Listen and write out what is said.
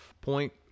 point